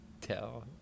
Tell